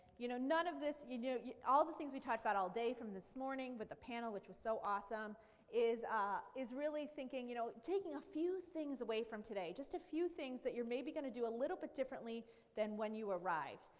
you know none of this you know all the things we talked about all day from this morning with the panel which is so awesome is ah is really thinking you know taking a few things away from today, just a few things that you're maybe going to do a little bit differently than when you arrived.